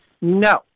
no